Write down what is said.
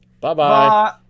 bye-bye